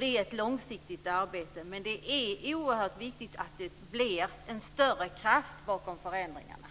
Det är ett långsiktigt arbete. Men det är oerhört viktigt att det blir en större kraft bakom förändringarna.